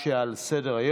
שמה על בנט את עוטפת אותו,